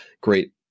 great